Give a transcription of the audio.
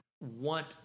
want